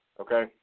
Okay